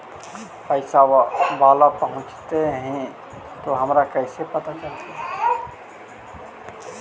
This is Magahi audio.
पैसा बाला पहूंचतै तौ हमरा कैसे पता चलतै?